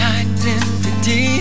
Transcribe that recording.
identity